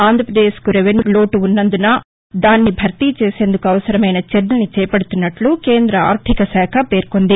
ఆంధ్రపదేశ్కు revenue లోటు ఉన్నందువల్ల దాన్ని భర్తీ చేసేందుకు అవసరమైన చర్యల్ని చేపడుతున్నట్ల కేంద ఆర్దికశాఖ పేర్కొంది